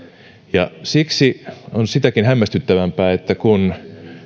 ja siksi on sitäkin hämmästyttävämpää että kun